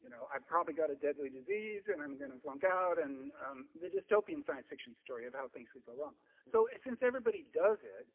you know i probably got a deadly disease and i'm gonna flunk out and the dystopian science fiction story of how things would go wrong so since everybody does it